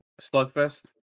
Slugfest